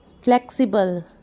Flexible